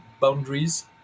boundaries